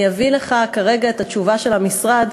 אני אתן לך כרגע את התשובה של המשרד,